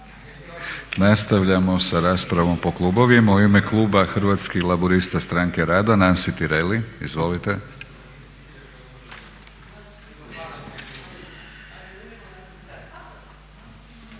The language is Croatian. Nastavljamo sa raspravom po klubovima. U ime kluba Hrvatskih laburista stranke rada Nansi Tireli. Izvolite.